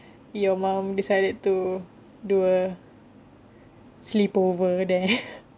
your mom decided to do a sleepover there